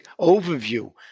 overview